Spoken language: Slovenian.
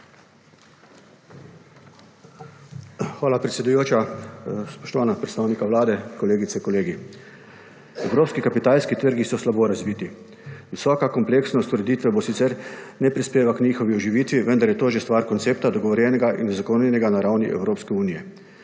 Hvala, predsedujoča. Spoštovana predstavnika Vlade, kolegice, kolegi! Evropski kapitalski trgi so slabo razviti. Visoka kompleksnost ureditev bo sicer, ne prispeva k njihovi oživitvi, vendar je to že stvar koncepta, dogovorjenega in uzakonjenega na ravni Evropske unije.